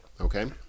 Okay